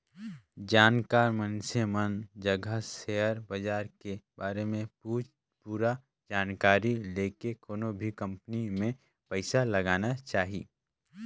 जानकार मइनसे मन जघा सेयर बाजार के बारे में पूरा जानकारी लेके कोनो भी कंपनी मे पइसा लगाना चाही